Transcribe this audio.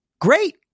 great